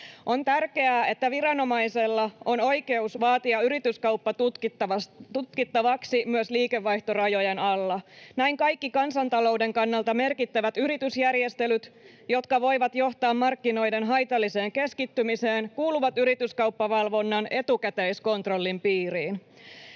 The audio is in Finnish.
On tärkeää, että viranomaisella on oikeus vaatia yrityskauppa tutkittavaksi myös liikevaihtorajojen alla. Näin kaikki kansantalouden kannalta merkittävät yritysjärjestelyt, jotka voivat johtaa markkinoiden haitalliseen keskittymiseen, kuuluvat yrityskauppavalvonnan etukäteiskontrollin piiriin.